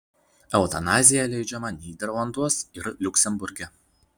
eutanazija leidžiama nyderlanduos ir liuksemburge